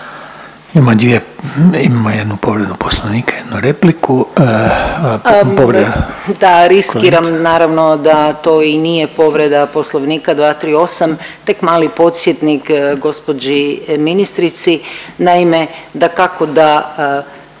Ima dvije, imamo jednu povredu poslovnika, jednu repliku. Povreda kolegica … **Borić, Rada (Možemo!)** Da riskiram naravno da to i nije povreda poslovnika 238. tek mali podsjetnik gospođi ministrici. Naime, dakako da